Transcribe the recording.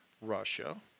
Russia